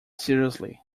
seriously